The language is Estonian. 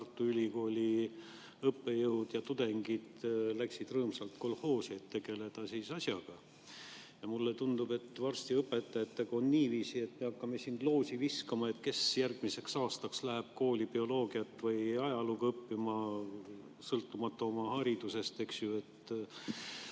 siis Tartu Ülikooli õppejõud ja tudengid läksid rõõmsalt kolhoosi, et asjaga tegeleda. Mulle tundub, et varsti on õpetajatega niiviisi, et me hakkame siin loosi viskama, kes järgmiseks aastaks läheb kooli bioloogiat või ajalugu õpetama, sõltumata oma haridusest, eks ju.